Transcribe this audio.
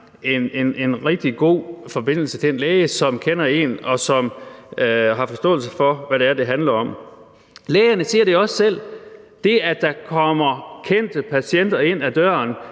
en rigtig god forbindelse til en læge, som kender en og har forståelse for, hvad det er, det handler om. Lægerne siger det jo også selv: Det, at der kommer kendte patienter ind ad døren,